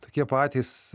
tokie patys